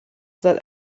that